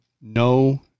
no